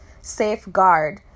safeguard